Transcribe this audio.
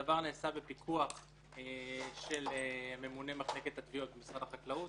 הדבר נעשה בפיקוח של ממונה מחלקת התביעות במשרד החקלאות.